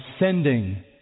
ascending